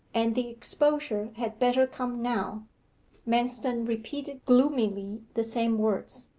and the exposure had better come now manston repeated gloomily the same words.